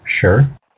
Sure